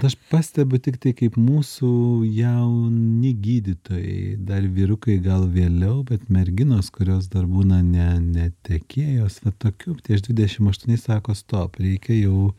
aš pastebiu tiktai kaip mūsų jauni gydytojai dar vyrukai gal vėliau bet merginos kurios dar būna ne netekėjus va tokių tai aš dvidešimt aštuoni sako stop reikia jau